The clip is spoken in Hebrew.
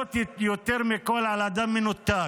שמסמלות יותר מכול אדם מנותק.